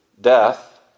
death